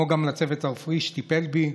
כמו גם לצוות הרפואי שטיפל בי,